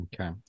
Okay